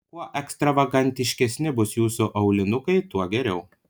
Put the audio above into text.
kuo ekstravagantiškesni bus jūsų aulinukai tuo geriau